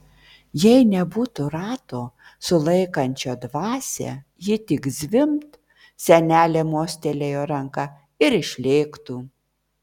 jei nebūtų rato sulaikančio dvasią ji tik zvimbt senelė mostelėjo ranka ir išlėktų